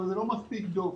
אבל זה לא מספיק טוב.